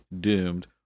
doomed